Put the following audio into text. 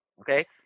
Okay